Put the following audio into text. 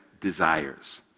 desires